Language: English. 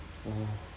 orh